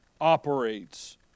operates